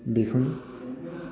बेखौनो